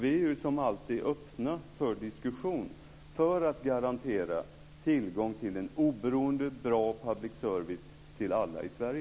Vi är som alltid öppna för diskussion för att garantera tillgång till en oberoende och bra public service till alla i